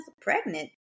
Pregnant